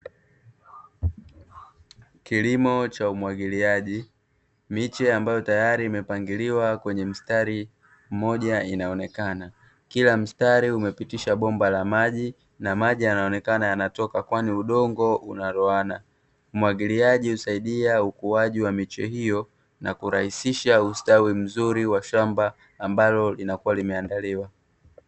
Kilimo cha umwagiliaji, miche ambayo tayari imepangiliwa kwenye mstari mmoja inaonekana; kila mstari umepitisha bomba la maji na maji yanaonekana yanatoka kwani udongo unaloana, umwagiliaji husaidia ukuaji wa miche hiyo na kurahisisha ustawi wa shamaba ambalo linakua limeandaliwa.